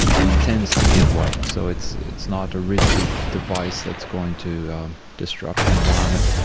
it tends to give way, so it's it's not a rigid device that's going to disrupt the environment.